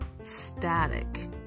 static